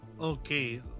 Okay